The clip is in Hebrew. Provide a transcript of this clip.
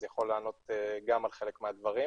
אז הוא יכול לענות גם על חלק מהדברים.